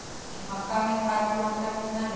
मक्का में खाद की मात्रा कितना दे?